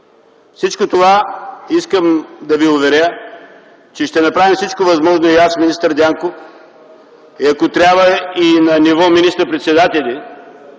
отбраната. Искам да ви уверя, че ще направим всичко възможно – аз и министър Дянков, ако трябва и на ниво министър-председатели